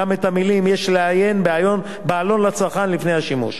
גם את המלים "יש לעיין בעלון לצרכן לפני השימוש".